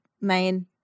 main